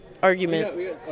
argument